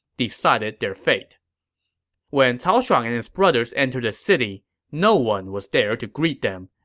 decided their fate when cao shuang and his brothers entered the city, no one was there to greet them.